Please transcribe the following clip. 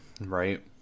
right